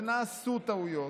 ונעשו טעויות,